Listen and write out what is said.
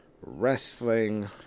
Wrestling